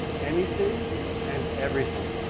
anything and everything,